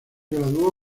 graduó